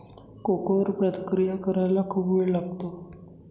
cocoa वर प्रक्रिया करायला खूप वेळ लागतो